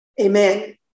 Amen